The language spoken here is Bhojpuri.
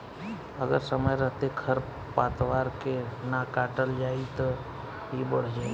अगर समय रहते खर पातवार के ना काटल जाइ त इ बढ़ जाइ